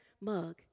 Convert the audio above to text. mug